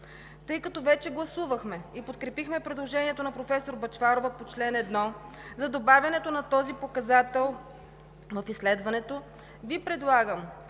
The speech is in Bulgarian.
Тъй като вече гласувахме и подкрепихме предложението на професор Бъчварова по чл. 1 – за добавянето на този показател в изследването, Ви предлагам